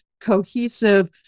cohesive